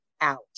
out